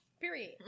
Period